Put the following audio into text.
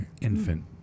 Infant